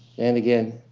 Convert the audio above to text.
and again,